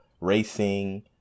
racing